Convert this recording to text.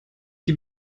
die